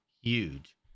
huge